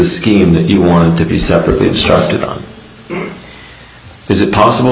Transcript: scheme that you wanted to be separate instructed on is it possible